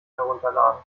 herunterladen